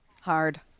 Hard